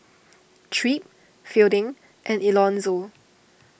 Tripp Fielding and Elonzo